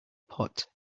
pot